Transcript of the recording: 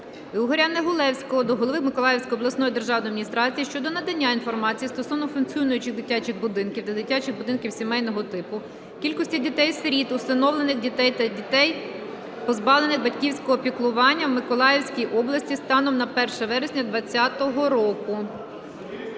Ігоря Негулевського до голови Миколаївської обласної державної адміністрації щодо надання інформації стосовно функціонуючих дитячих будинків та дитячих будинків сімейного типу, кількості дітей-сиріт, усиновлених дітей та дітей, позбавлених батьківського піклування в Миколаївській області станом на 1 вересня 2020 року.